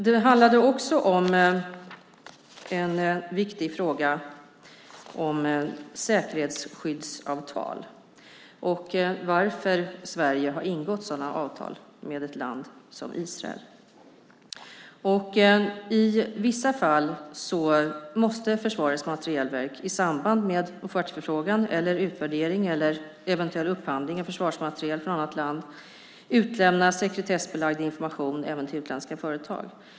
Det handlade också om den viktiga frågan om säkerhetsskyddsavtal och varför Sverige har ingått sådana avtal med ett land som Israel. I vissa fall måste Försvarets materielverk i samband med offertförfrågan, utvärdering eller eventuell upphandling av försvarsmateriel från annat land utlämna sekretessbelagd information även till utländska företag.